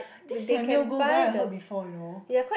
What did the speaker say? this Samuel-Goh guy I heard before you know